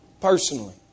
personally